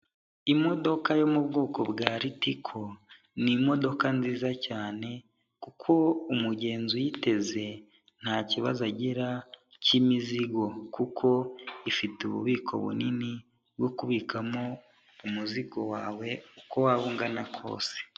Imodoka yo mu bwoko bwa Ritiko, ni imodoka nziza cyane, kuko umugenzi uyiteze nta kibazo agira k'imizigo, kuko ifite ububiko bunini bwo kubikamo umuzigo wawe uko waba ungana kose.